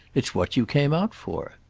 it's what you came out for.